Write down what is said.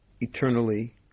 eternally